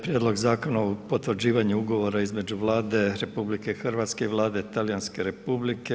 prijedlog zakona o potvrđivanju ugovora između Vlade RH i Vlade Talijanske Republike.